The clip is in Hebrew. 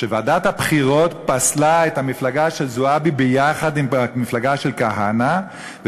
שוועדת הבחירות פסלה את המפלגה של זועבי ביחד עם המפלגה של כהנא,